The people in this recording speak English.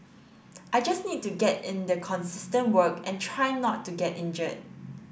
I just need to get in the consistent work and try not to get injured